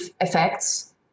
effects